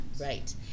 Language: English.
Right